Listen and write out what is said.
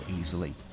easily